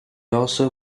also